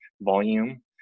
volume